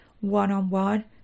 one-on-one